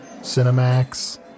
Cinemax